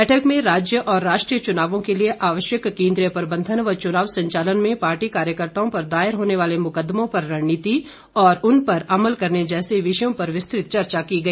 बैठक में राज्य और राष्ट्रीय चुनावों के लिए आवश्यक केंद्रीय प्रबंधन व चुनाव संचालन में पार्टी कार्यकर्ताओं पर दायर होने वाले मुकदमों पर रणनीति और उन पर अमल करने जैसे विषयों पर विस्तृत चर्चा की गई